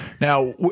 Now